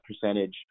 percentage